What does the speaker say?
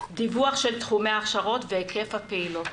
דיווח של תחומי ההכשרות והיקף הפעילות.